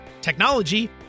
technology